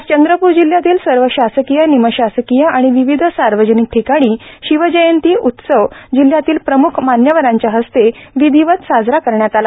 आज चंद्रप्र जिल्ह्यातील सर्व शासकीय निमशासकीय आणि विविध सार्वजनिक ठिकाणी शिवजयंती उत्सव जिल्ह्यातील प्रमुख मान्यवरांच्या हस्ते विधिवत साजरा करण्यात आला